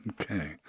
Okay